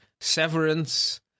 severance